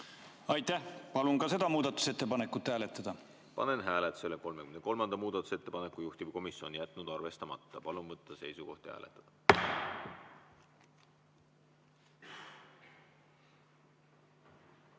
palun! Palun seda muudatusettepanekut hääletada. Panen hääletusele 38. muudatusettepaneku. Juhtivkomisjon on jätnud arvestamata. Palun võtta seisukoht ja hääletada!